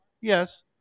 Yes